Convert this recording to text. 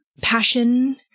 passion